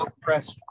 press